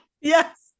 Yes